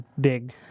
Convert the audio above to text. big